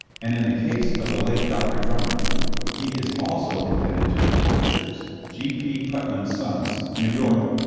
and in the case of the late dr. drummond he is also indebted to the publishers, g. p. putnam's sons, new york.